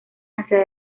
hacia